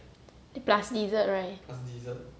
plus dessert right